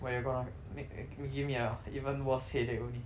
whatever lah mak~ eh~ give me a even worse headache only